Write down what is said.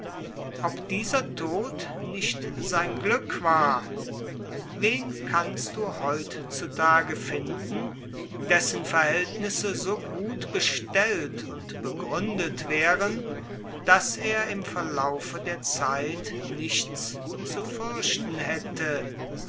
ob dieser tod nicht sein glück war wen kannst du heut zu tage finden dessen verhältnisse so gut bestellt und begründet wären daß er im verlaufe der zeit nichts zu fürchten hätte